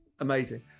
amazing